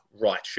right